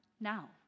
now